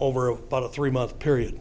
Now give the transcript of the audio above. over a three month period